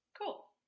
Cool